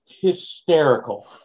hysterical